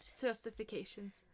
justifications